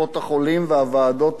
והוועדות האין-סופיות,